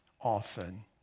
often